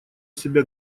себя